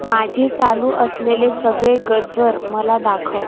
माझे चालू असलेले सगळे गजर मला दाखव